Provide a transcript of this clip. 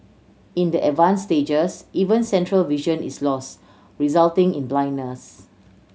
in the advanced stages even central vision is lost resulting in blindness